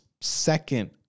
second